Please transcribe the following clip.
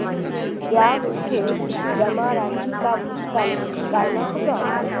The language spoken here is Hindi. क्या मुझे जमा राशि का भुगतान करना होगा?